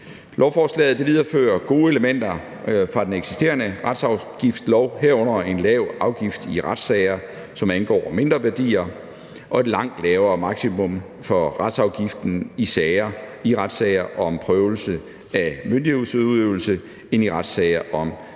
Lovforslaget viderefører gode elementer fra den eksisterende retsafgiftslov, herunder en lav afgift i retssager, som angår mindre værdier, og et langt lavere maksimum for retsafgiften i retssager om prøvelse af myndighedsudøvelse end i retssager om privatretslige